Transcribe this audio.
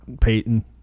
Peyton